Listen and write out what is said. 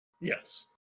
Yes